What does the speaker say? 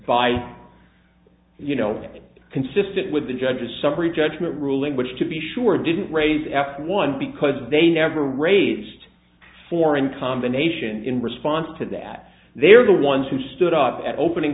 by you know consistent with the judge's summary judgment ruling which to be sure didn't raise f one because they never raised four in combination in response to that they are the ones who stood up at opening